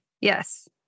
Yes